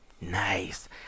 Nice